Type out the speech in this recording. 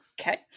Okay